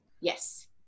Yes